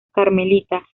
carmelita